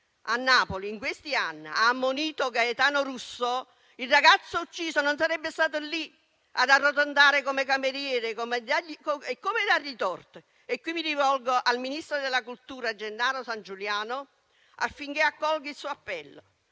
a Napoli in questi anni - ha ammonito il maestro Gaetano Russo - il ragazzo ucciso non sarebbe stato lì, ad arrotondare come cameriere. Come dargli torto? E qui mi rivolgo al ministro della cultura Gennaro Sangiuliano, affinché accolga il suo appello.